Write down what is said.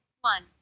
One